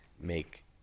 make